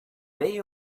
they